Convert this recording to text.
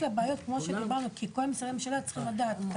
לבעיות כמו שדיברנו לי כי כל משרדי הממשלה צריכים לדעת אותן,